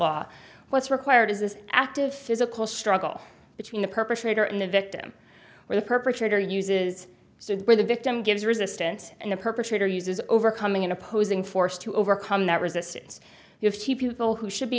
law what's required is this active physical struggle between the perpetrator and the victim or the perpetrator uses where the victim gives resistance and the perpetrator uses overcoming an opposing force to overcome that resistance if the people who should be